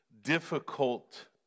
difficult